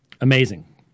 amazing